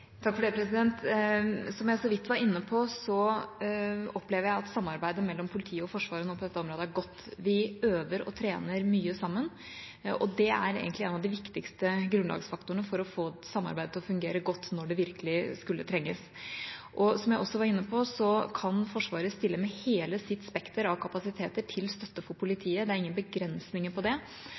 Som jeg så vidt var inne på, opplever jeg at samarbeidet mellom politiet og Forsvaret på dette området er godt. De øver og trener mye sammen, og det er egentlig en av de viktigste grunnlagsfaktorene for å få samarbeidet til å fungere godt når det virkelig skulle trenges. Som jeg også var inne på, kan Forsvaret stille med hele sitt spekter av kapasiteter til støtte for politiet – det er ingen begrensninger på det